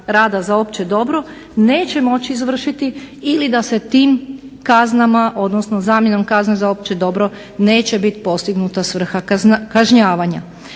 rada za opće dobro neće moći izvršiti ili da se tim kaznama, odnosno zamjenom kazne za opće dobro neće biti postignuta svrha kažnjavanja.